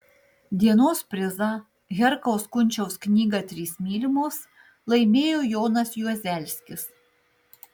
dienos prizą herkaus kunčiaus knygą trys mylimos laimėjo jonas juozelskis